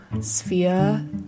sphere